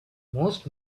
most